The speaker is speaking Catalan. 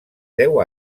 deu